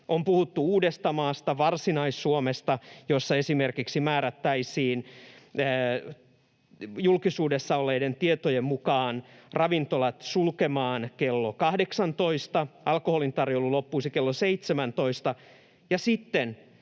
On puhuttu Uudestamaasta ja Varsinais-Suomesta, joissa esimerkiksi määrättäisiin julkisuudessa olleiden tietojen mukaan ravintolat sulkemaan kello 18, alkoholin tarjoilu loppuisi kello 17, ja sitten